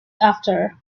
after